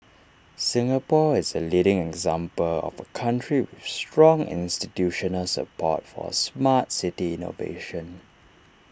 Singapore is A leading example of A country with strong institutional support for Smart City innovation